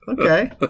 Okay